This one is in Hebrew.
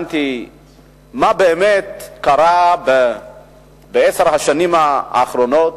התעניינתי מה באמת קרה בעשר השנים האחרונות,